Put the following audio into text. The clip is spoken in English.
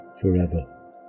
forever